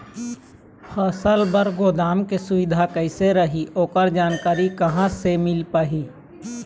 फसल बर गोदाम के सुविधा कैसे रही ओकर जानकारी कहा से मिल पाही?